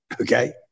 okay